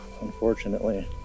unfortunately